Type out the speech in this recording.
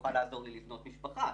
יוכל לעזור לי לבנות משפחה.